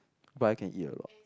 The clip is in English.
but I can eat a lot